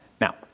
Now